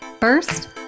First